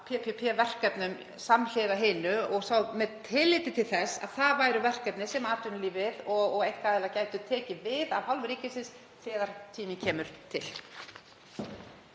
PPP-verkefnum samhliða hinum, og þá með tilliti til þess að það væri verkefni sem atvinnulífið og einkaaðilar gætu tekið við af hálfu ríkisins þegar tími er til?